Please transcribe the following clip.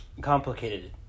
complicated